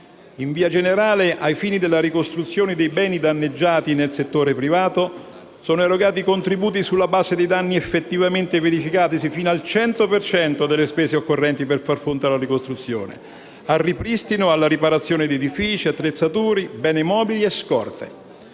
In via generale, ai fini della ricostruzione dei beni danneggiati nel settore privato, sono erogati contributi sulla base dei danni effettivamente verificatisi, fino al 100 per cento delle spese occorrenti per far fronte alla ricostruzione, al ripristino o alla riparazione di edifici, attrezzature, beni mobili e scorte.